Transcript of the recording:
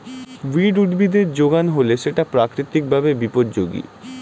weed উদ্ভিদের যোগান হলে সেটা প্রাকৃতিক ভাবে বিপর্যোজী